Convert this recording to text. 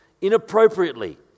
inappropriately